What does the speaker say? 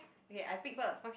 okay I pick first